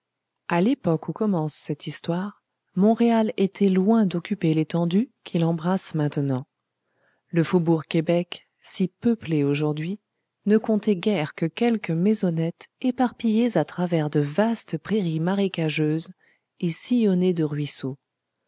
a l'époque où commence cette histoire montréal était loin d'occuper l'étendue qu'il embrasse maintenant le faubourg québec si peuplé aujourd'hui ne comptait guère que quelques maisonnettes éparpillées à travers de vastes prairies marécageuses et sillonnées de ruisseaux